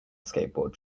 skateboard